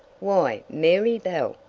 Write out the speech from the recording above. why, mary bell!